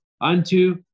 unto